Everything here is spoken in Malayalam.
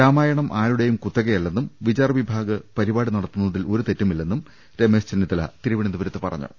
രാമായണം ആരുടെയും കുത്തകയല്ലെന്നും വിചാർവിഭാഗ് പരിപാടി നട ത്തുന്നതിൽ ഒരു തെറ്റുമില്ലെന്നും രമേശ് ചെന്നിത്തല തിരുവനന്തപുരത്ത് പറഞ്ഞു